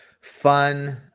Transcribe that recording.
fun